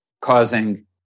causing